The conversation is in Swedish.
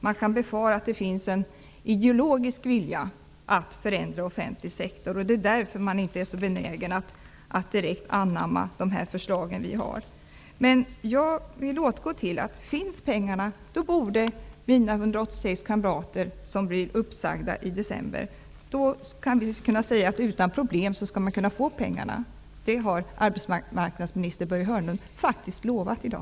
Man kan befara att det finns en ideologisk vilja att förändra offentlig sektor och att regeringen därför inte är så benägen att anamma de förslag vi har. Om pengarna finns borde mina 186 kamrater som blir uppsagda i december utan problem få del av dem. Det har arbetsmarknadsminister Börje Hörnlund faktiskt lovat i dag.